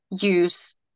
use